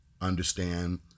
understand